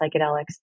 psychedelics